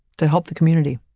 to help the community.